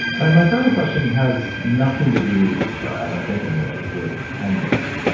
ah my final question has nothing to do, i don't think anyway, with kindness.